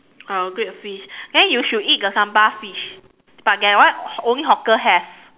oh grilled fish then you should eat the sambal fish but that one only the hawker have